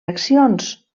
accions